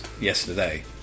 yesterday